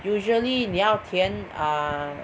usually 你要填 err